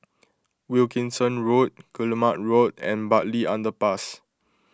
Wilkinson Road Guillemard Road and Bartley Underpass